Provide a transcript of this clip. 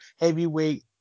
heavyweight